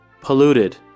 Polluted